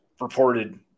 reported